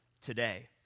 today